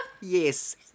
Yes